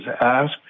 ask